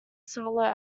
solo